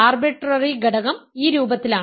arbitrary ഘടകം ഈ രൂപത്തിലാണ്